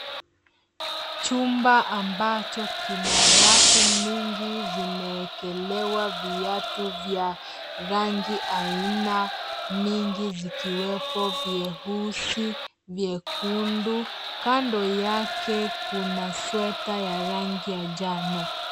Chumba ambacho kina rafu mingi zimeekelewa viatu vya rangi aina mingi zikiwepo vyeusi, vyekundu, kando yake kuna sweta ya rangi ya njano.